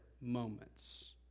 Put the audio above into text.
moments